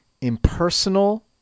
impersonal